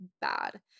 bad